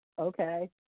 okay